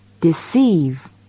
Deceive